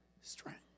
strength